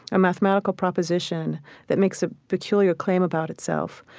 a mathematical proposition that makes a peculiar claim about itself,